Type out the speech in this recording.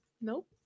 Nope